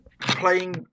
Playing